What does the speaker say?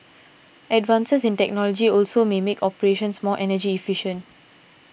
advances in technology also may make operations more energy efficient